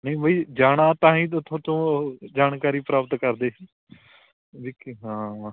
ਨਹੀਂ ਬਾਈ ਜਾਣਾ ਤਾਹੀਂ ਤਾਂ ਥੋਤੋਂ ਜਾਣਕਾਰੀ ਪ੍ਰਾਪਤ ਕਰਦੇ ਸੀ ਵੀ ਕੀ ਹਾਂ